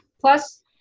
plus